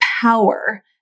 power